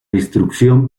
instrucción